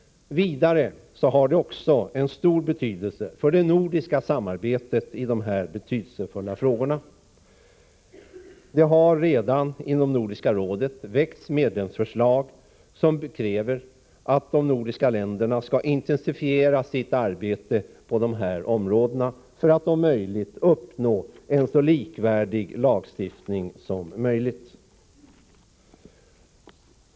Vidare har det en stor betydelse för det nordiska samarbetet i dessa viktiga frågor. Det har redan inom Nordiska rådet väckts medlemsförslag, där det krävs att de nordiska länderna skall intensifiera sitt arbete på dessa områden för att uppnå en så likvärdig lagstiftning som möjligt.